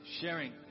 sharing